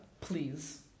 please